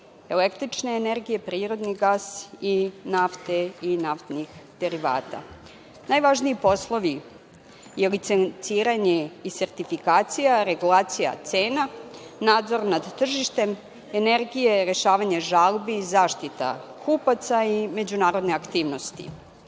električne energije, prirodni gas i nafte i naftnih derivata. Najvažniji poslovi su licenciranje i sertifikacija, regulacija cena, nadzor nad tržištem energije, rešavanje žalbi, zaštita kupaca i međunarodne aktivnosti. Sredstva